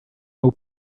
who